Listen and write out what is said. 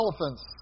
elephants